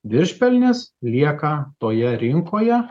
viršpelnis lieka toje rinkoje